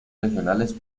regionales